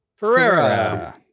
Ferrera